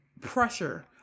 pressure